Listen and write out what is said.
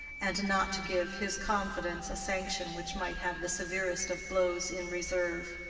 and not to give his confidence a sanction which might have the severest of blows in reserve.